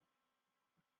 yi